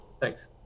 Thanks